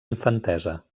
infantesa